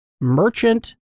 merchant